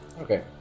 Okay